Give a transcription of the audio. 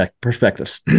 perspectives